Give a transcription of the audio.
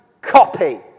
copy